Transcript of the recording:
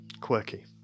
quirky